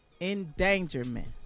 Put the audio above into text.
endangerment